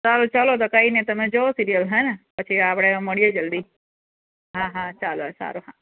સારું ચાલો તો કંઈ નહીં તમે જુઓ સિરિયલ હેં ને પછી આપણે મળીએ જલ્દી હા હા ચાલો સારું હા